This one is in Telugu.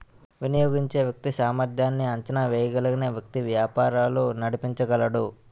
వినియోగించే వ్యక్తి సామర్ధ్యాన్ని అంచనా వేయగలిగిన వ్యక్తి వ్యాపారాలు నడిపించగలడు